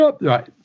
right